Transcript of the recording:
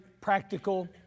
practical